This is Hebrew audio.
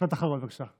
משפט אחרון, בבקשה.